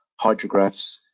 hydrographs